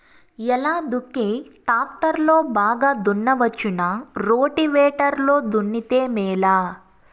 ఎలా దుక్కి టాక్టర్ లో బాగా దున్నవచ్చునా రోటివేటర్ లో దున్నితే మేలా?